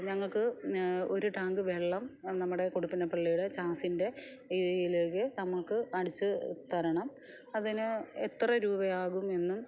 ഞങ്ങൾക്ക് ഒരു ടാങ്ക് വെള്ളം നമ്മുടെ കുടിപ്പിന പള്ളിയുടെ ചാസിൻ്റെ ഇതിലേക്ക് നമുക്ക് അടിച്ച് തരണം അതിന് എത്ര രൂപയാകും എന്ന്